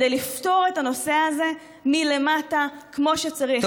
כדי לפתור את הנושא הזה מלמטה כמו שצריך.